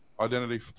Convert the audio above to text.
identity